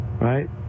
right